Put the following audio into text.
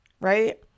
right